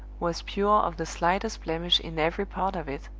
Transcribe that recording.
was pure of the slightest blemish in every part of it,